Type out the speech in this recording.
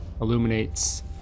illuminates